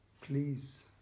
Please